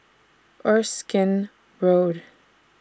Erskine Road